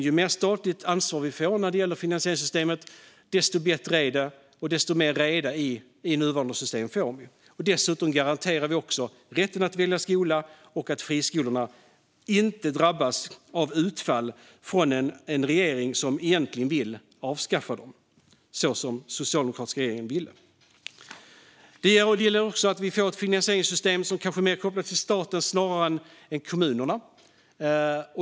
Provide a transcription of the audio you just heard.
Ju mer statligt ansvar vi får när det gäller finansieringssystemet, desto bättre är det och desto mer reda i nuvarande system får vi. Dessutom garanterar vi rätten att välja skola och att friskolorna inte drabbas av utfall från en regering som egentligen vill avskaffa dem, så som den socialdemokratiska regeringen ville. Det gäller också att vi får ett finansieringssystem som kanske är mer kopplat till staten än till kommunerna.